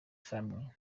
family